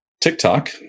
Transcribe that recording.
TikTok